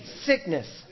sickness